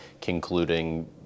concluding